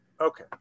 Okay